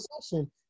session